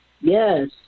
yes